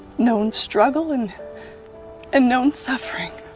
known struggle and and known suffering,